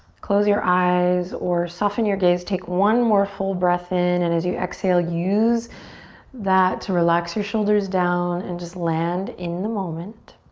close your eyes or soften your gaze. take one more full breath in and as you exhale, use that to relax your shoulders down and just land in the moment.